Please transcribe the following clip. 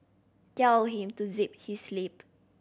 tell him to zip his lip